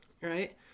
right